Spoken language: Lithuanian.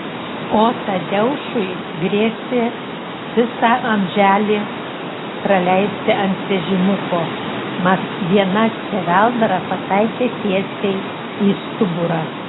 o tadeušui grėsė visą amželį praleisti ant vežimuko mat viena skeveldra pataikė tiesiai į stuburą